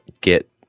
get